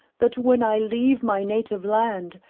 that when i leave my native land,